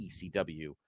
ECW